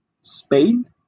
Spain